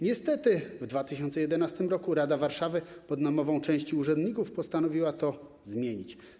Niestety w 2011 r. rada Warszawy pod namową części urzędników postanowiła to zmienić.